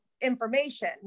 Information